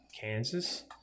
Kansas